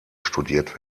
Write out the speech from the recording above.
studiert